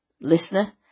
listener